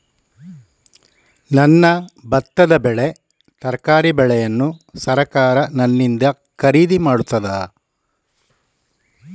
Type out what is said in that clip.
ನನ್ನ ಭತ್ತದ ಬೆಳೆ, ತರಕಾರಿ ಬೆಳೆಯನ್ನು ಸರಕಾರ ನನ್ನಿಂದ ಖರೀದಿ ಮಾಡುತ್ತದಾ?